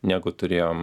negu turėjom